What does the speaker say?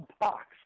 box